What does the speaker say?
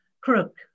crook